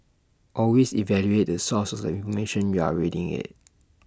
always evaluate the source of the information you're reading IT